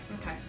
Okay